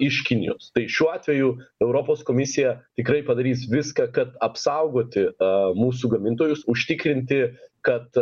iš kinijos tai šiuo atveju europos komisija tikrai padarys viską kad apsaugoti a mūsų gamintojus užtikrinti kad